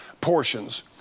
portions